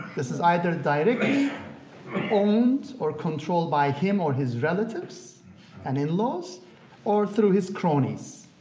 this is either directly owned or controlled by him or his relatives and in-laws or through his cronies.